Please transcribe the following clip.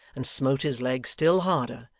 and smote his leg still harder,